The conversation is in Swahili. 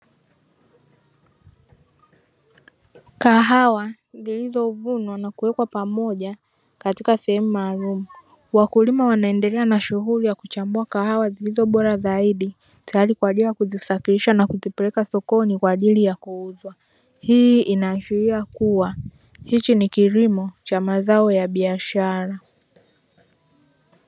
Kahawa zilizo vuno na kuwekwa pamoja katika sehemu maalumu. Wakulima wanaendelea na shughuli ya kuchambua kahawa zilizo bora zaidi. Tayari kwa ajili ya kuzisafirisha na kuzipeleka sokoni kwa ajili ya kuuzwa. Hii inaashiria kuwa hichi ni kilimo cha mazao ya biashara.